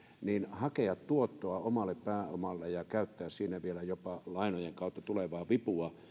hakea tuottoa omalle pääomalle ja käyttää siinä vielä jopa lainojen kautta tulevaa vipua